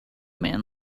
man